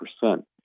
percent